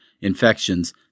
infections